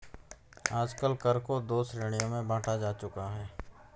आजकल कर को दो श्रेणियों में बांटा जा चुका है